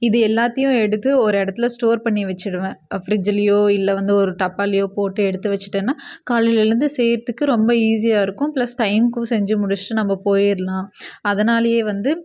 இது எல்லாத்தையும் எடுத்து ஒரு இடத்துல ஸ்டோர் பண்ணி வச்சிடுவேன் ஃப்ரிட்ஜிலேயோ இல்லை வந்து ஒரு டப்பாலேயோ போட்டு எடுத்து வச்சுட்டேன்னா காலையில் எழுந்து செய்கிறதுக்கு ரொம்ப ஈஸியாக இருக்கும் பிளஸ் டைமுக்கும் செஞ்சு முடிச்சுட்டு நம்ம போயிடலாம் அதனாலேயே வந்து